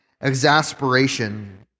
exasperation